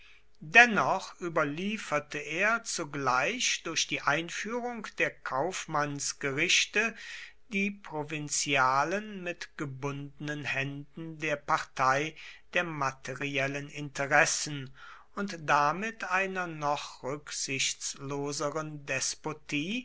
dennoch überlieferte er zugleich durch die einführung der kaufmannsgerichte die provinzialen mit gebundenen händen der partei der materiellen interessen und damit einer noch rücksichtsloseren despotie